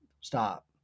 stop